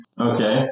Okay